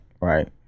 right